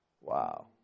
Wow